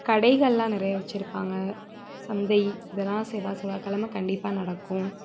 கடைகளெல்லாம் நிறைய வச்சுருப்பாங்க சந்தை இதெல்லாம் செவ்வாய் செவ்வாய் கெழம கண்டிப்பாக நடக்கும்